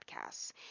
Podcasts